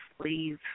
Please